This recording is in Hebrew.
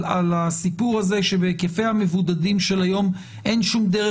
על הסיפור הזה שבהיקפי המבודדים של היום אין שום דרך